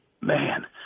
man